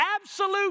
absolute